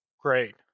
Great